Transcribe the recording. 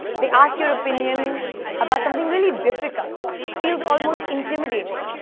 they ask your opinion about something really difficult. it feels almost intimidating.